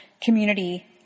community